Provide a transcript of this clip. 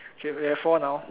okay we have four now